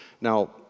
Now